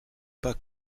pas